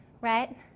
right